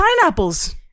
pineapples